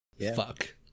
Fuck